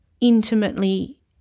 intimately